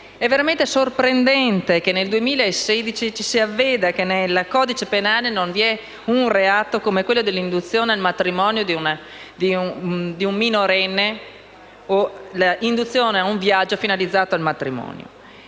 è veramente sorprendente che nel 2016 ci si avveda che nel codice penale non è previsto un reato come quello dell'induzione al matrimonio di un minorenne o l'induzione a un viaggio finalizzato al matrimonio.